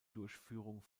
durchführung